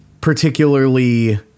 particularly